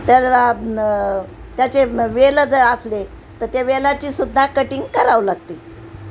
त्याला त्याचे वेल जर असले तर त्या वेलाचीसुद्धा कटिंग करावं लागते